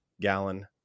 gallon